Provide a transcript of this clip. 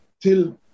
till